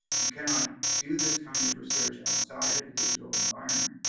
you cannot do this kind of research outside of a digital environment